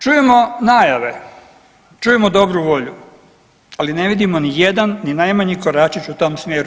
Čujemo najave, čujemo dobru volju ali ne vidimo ni jedan ni najmanji koračić u tom smjeru.